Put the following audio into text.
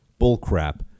bullcrap